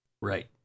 Right